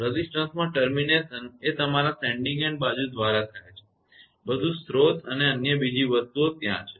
રેઝિસ્ટન્સમાં ટર્મિનેશન એ તમારા સેન્ડીંગ એન્ડ બાજુ દ્વારા થાય છે બધું સ્રોત અને અન્ય બીજી વસ્તુઓ ત્યાં છે